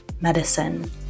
medicine